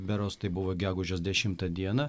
berods tai buvo gegužės dešimta dieną